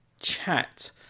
chat